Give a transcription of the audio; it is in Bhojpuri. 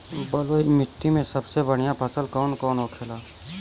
बलुई मिट्टी में सबसे बढ़ियां फसल कौन कौन होखेला?